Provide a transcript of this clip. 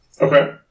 Okay